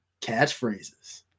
catchphrases